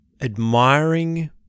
admiring